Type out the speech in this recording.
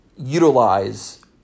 utilize